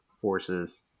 forces